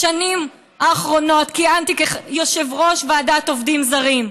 בשנים האחרונות כיהנתי כיושבת-ראש ועדת עובדים זרים.